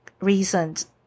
reasons